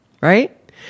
Right